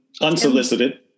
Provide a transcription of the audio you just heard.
Unsolicited